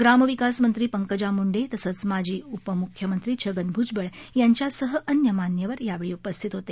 ग्राम विकास मंत्री पंकजा मुंडे तसेच माजी उपम्ख्यमंत्री छगन भूजबळ यांच्यासह अन्य मान्यवर उपस्थित होते